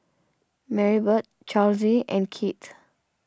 Marybeth Charlize and Kieth